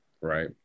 right